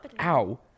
Ow